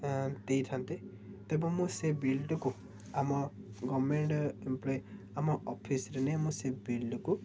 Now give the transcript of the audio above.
ଦେଇଥାନ୍ତି ତେବେ ମୁଁ ସେ ବିଲ୍ଟିକୁ ଆମ ଗଭର୍ଣ୍ଣମେଣ୍ଟ୍ ଏମ୍ପ୍ଲୟ ଆମ ଅଫିସ୍ରେ ନେଇ ମୁଁ ସେ ବିଲ୍ଟିକୁ